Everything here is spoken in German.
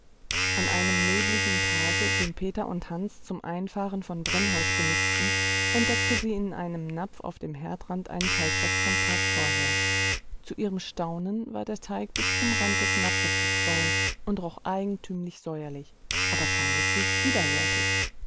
an einem nebligen tage den peter und hans zum einfahren von brennholz benützten entdeckte sie in einem napf auf dem herdrand einen teigrest vom tag vorher zu ihrem staunen war der teig bis zum rand des napfes gequollen und roch eigentümlich säuerlich aber keineswegs widerwärtig